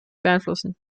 beeinflussen